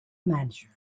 manager